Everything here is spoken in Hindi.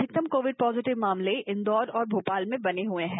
अधिकतम कोविड पॉजिटिव मामले इंदौर और भोपाल में बने हुए है